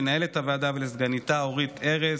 מנהלת הוועדה ולסגניתה אורית ארז,